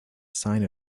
sign